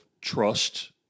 trust